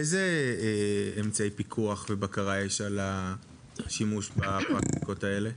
איזה אמצעי פיקוח ובקרה יש על השימוש בפרקטיקות האלה?